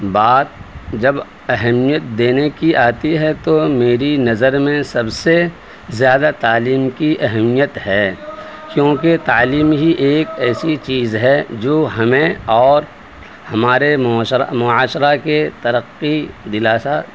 بات جب اہمیت دینے کی آتی ہے تو میری نظرر میں سب سے زیادہ تعلیم کی اہمیت ہے کیونکہ تعلیم ہی ایک ایسی چیز ہے جو ہمیں اور ہمارے معاشرہ کے ترقی دلاسا